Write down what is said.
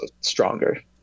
stronger